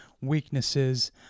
weaknesses